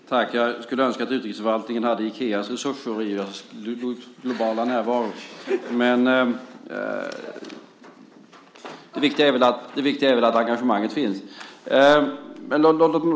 Fru talman! Jag skulle önska att utrikesförvaltningen hade Ikeas resurser i den globala närvaron. Det viktiga är väl att engagemanget finns.